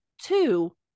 two